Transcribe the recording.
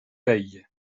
peille